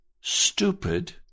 stupid